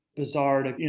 bizarre. you